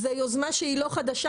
זו יוזמה שהיא לא חדשה,